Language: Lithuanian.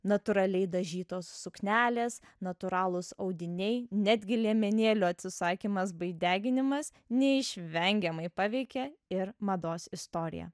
natūraliai dažytos suknelės natūralūs audiniai netgi liemenėlių atsisakymas bei deginimas neišvengiamai paveikė ir mados istoriją